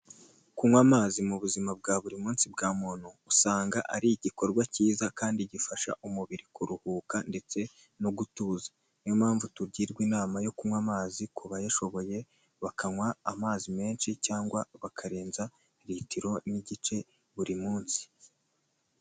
Kunywa amazi mu buzima bwa buri munsi bwa muntu usanga ari igikorwa kiza kandi gifasha umubiri kuruhuka ndetse no gutuza, niyo mpamvu tugirwa inama yo kunywa amazi ku bayashoboye bakanywa amazi menshi cyangwa bakarenza litiro n'igice buri munsi.